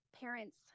parents